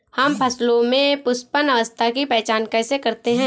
हम फसलों में पुष्पन अवस्था की पहचान कैसे करते हैं?